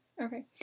Okay